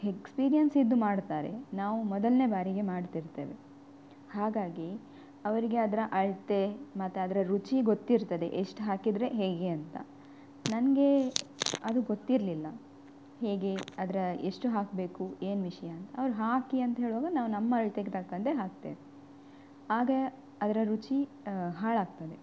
experience ಇದ್ದು ಮಾಡ್ತಾರೆ ನಾವು ಮೊದಲನೇ ಬಾರಿಗೆ ಮಾಡ್ತಿರ್ತೇವೆ ಹಾಗಾಗಿ ಅವರಿಗೆ ಅದರ ಅಳತೆ ಮತ್ತು ಅದರ ರುಚಿ ಗೊತ್ತಿರ್ತದೆ ಎಷ್ಟು ಹಾಕಿದರೆ ಹೇಗೆ ಅಂತ ನನಗೆ ಅದು ಗೊತ್ತಿರಲಿಲ್ಲ ಹೇಗೆ ಅದರ ಎಷ್ಟು ಹಾಕಬೇಕು ಏನು ವಿಷಯ ಅಂತ ಅವ್ರು ಹಾಕಿ ಅಂತ ಹೇಳೋ ನಾವು ನಮ್ಮ ಅಳ್ತೆಗೆ ತಕ್ಕಂತೆ ಹಾಕ್ತೇವೆ ಆಗ ಅದರ ರುಚಿ ಹಾಳಾಗ್ತದೆ